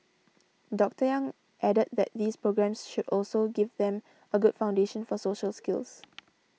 Doctor Yang added that these programmes should also give them a good foundation for social skills